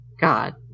God